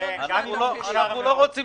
הדבר שהכי חשוב לנו לדעת, שכאשר אין